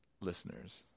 listeners